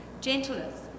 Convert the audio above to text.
gentleness